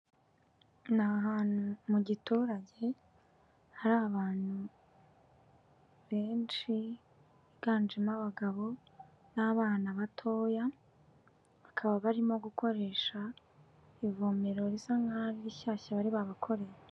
Ni ahantu mu giturage hari abantu benshi biganjemo abagabo n'abana batoya bakaba barimo gukoresha ivomero risa nk'a rishyashya bari bakoreye.